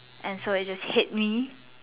and so it just hit me